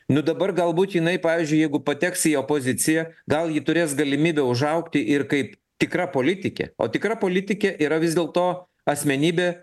nu dabar galbūt jinai pavyzdžiui jeigu pateks į opoziciją gal ji turės galimybę užaugti ir kaip tikra politikė o tikra politikė yra vis dėlto asmenybė